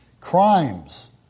crimes